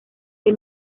que